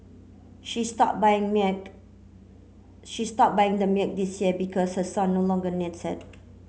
she stopped buying milk she stopped buying the milk this year because her son no longer needs it